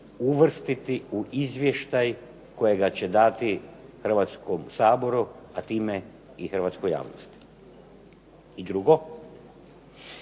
uvrstiti u izvještaj kojega će dati Hrvatskom saboru, a time i hrvatskoj javnosti. I drugo,